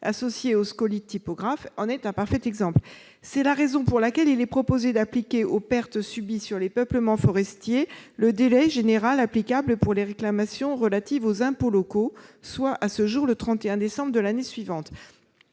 associée au scolyte typographe, en est un parfait exemple. C'est la raison pour laquelle il est proposé d'appliquer aux pertes subies sur les peuplements forestiers le délai général applicable pour les réclamations relatives aux impôts locaux, soit, à ce jour, le 31 décembre de l'année suivante.